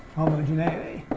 homogeneity.